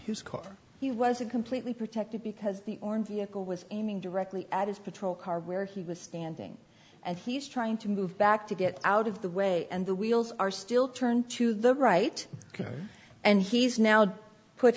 his car he wasn't completely protected because the horn vehicle was aiming directly at his patrol car where he was standing and he's trying to move back to get out of the way and the wheels are still turned to the right and he's now put